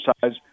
size